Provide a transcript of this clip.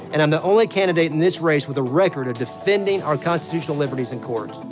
and i'm the only candidate in this race with a record of defending our constitutional liberties in court.